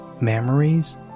memories